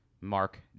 Mark